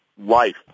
life